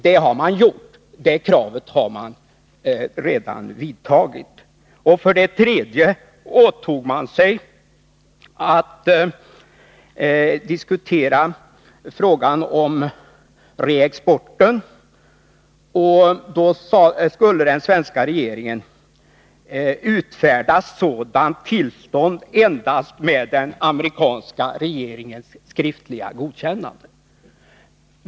Det har man gjort — det kravet har man alltså redan uppfyllt. För det tredje åtog man sig att diskutera frågan om reexporten. Då skulle den svenska regeringen utfärda sådant tillstånd endast med den amerikanska regeringens skriftliga godkännande.